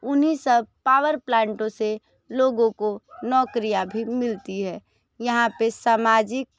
उन्हीं सब पावर प्लांटों से लोगों को नौकरियाँ भी मिलती है यहाँ पे सामाजिक